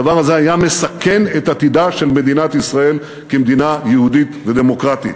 הדבר הזה מסכן את עתידה של מדינת ישראל כמדינה יהודית ודמוקרטית.